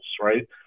right